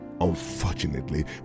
unfortunately